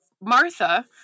Martha